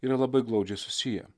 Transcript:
yra labai glaudžiai susiję